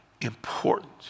important